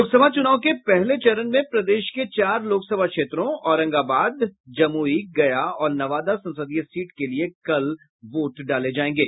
लोकसभा चुनाव के पहले चरण में प्रदेश के चार लोकसभा क्षेत्रों औरंगाबाद जमुई गया और नवादा संसदीय सीट के लिए कल वोट डाले जायेंगे